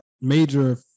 major